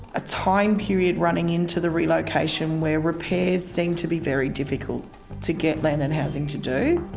a time period running into the relocation where repairs seem to be very difficult to get land and housing to do.